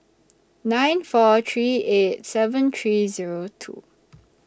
nine four three eight seven three Zero two